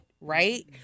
Right